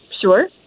Sure